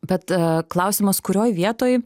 bet klausimas kurioj vietoj